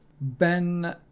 Ben